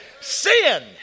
sin